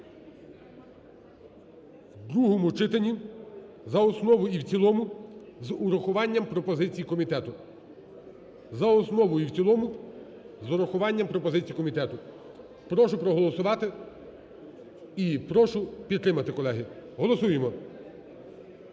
в другому читанні за основу і в цілому, з урахуванням пропозицій комітету. За основу і в цілому, з урахуванням пропозицій комітету. Прошу проголосувати і прошу підтримати, колеги. Голосуємо,